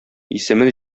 исеме